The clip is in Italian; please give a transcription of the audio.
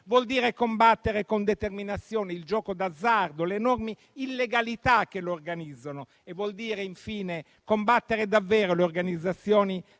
Vuol dire combattere con determinazione il gioco d'azzardo, le enormi illegalità che l'organizzano. Vuol dire, infine, combattere davvero le organizzazioni